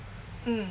mm